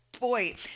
Boy